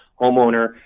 homeowner